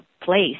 place